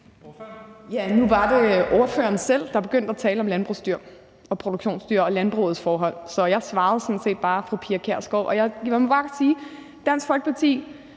Nu var det jo spørgeren selv, der begyndte at tale om landbrugsdyr og produktionsdyr og landbrugets forhold, så jeg svarede sådan set bare fru Pia Kjærsgaard. Og jeg må bare sige, at det virker,